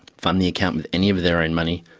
fund the account with any of their own money,